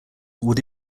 would